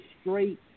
straight